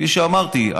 כפי שאמרתי,